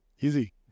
easy